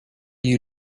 you